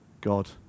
God